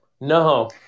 No